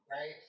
right